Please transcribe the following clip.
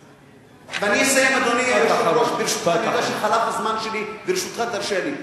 ואני אסיים, אדוני היושב-ראש, ברשותך, משפט אחרון.